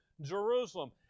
Jerusalem